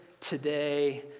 today